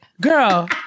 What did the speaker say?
Girl